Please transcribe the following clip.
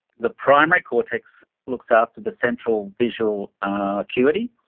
the primary cortex looks after the central visual acuity,